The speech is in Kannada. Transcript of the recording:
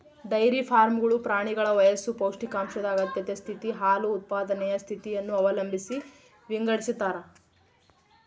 ಡೈರಿ ಫಾರ್ಮ್ಗಳು ಪ್ರಾಣಿಗಳ ವಯಸ್ಸು ಪೌಷ್ಟಿಕಾಂಶದ ಅಗತ್ಯತೆ ಸ್ಥಿತಿ, ಹಾಲು ಉತ್ಪಾದನೆಯ ಸ್ಥಿತಿಯನ್ನು ಅವಲಂಬಿಸಿ ವಿಂಗಡಿಸತಾರ